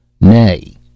Nay